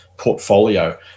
portfolio